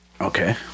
Okay